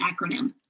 acronym